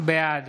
בעד